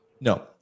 No